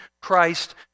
Christ